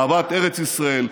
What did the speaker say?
אהבת ארץ ישראל,